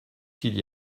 qu’il